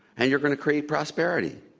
and you're going to create prosperity.